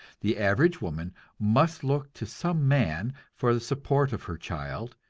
the average woman must look to some man for the support of her child,